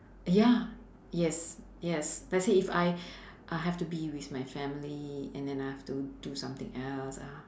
ya yes yes let's say if I I have to be with my family and then I have to do something else ah